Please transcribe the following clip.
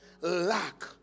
lack